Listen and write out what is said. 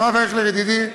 הרב אייכלר, ידידי,